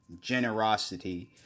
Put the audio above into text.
generosity